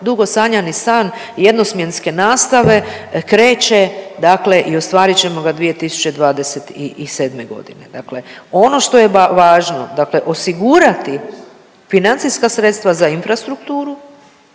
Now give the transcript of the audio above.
dugo sanjani san jednosmjenske nastave kreće dakle i ostvarit ćemo ga 2027. godine. Dakle ono što je važno dakle osigurati financijska sredstva za infrastrukturu